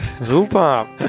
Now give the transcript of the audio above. super